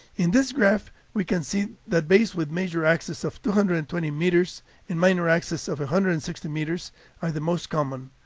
in this graph we can see that bays with major axes of two hundred and twenty meters and minor axes of one hundred and sixty meters are the most common.